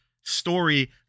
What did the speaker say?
story